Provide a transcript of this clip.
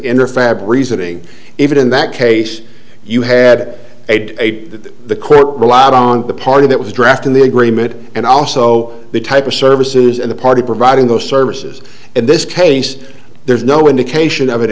fab reasoning even in that case you had a date that the quote relied on the party that was drafting the agreement and also the type of services and the party providing those services in this case there's no indication of